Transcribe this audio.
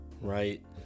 right